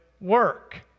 work